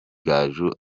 gaju